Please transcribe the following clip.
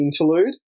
interlude